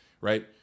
right